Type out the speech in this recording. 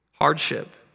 hardship